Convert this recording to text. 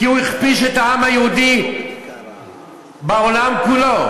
כי הוא הכפיש את העם היהודי בעולם כולו.